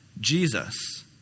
Jesus